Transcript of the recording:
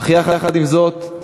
אך עם זאת,